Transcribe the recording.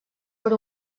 per